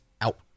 out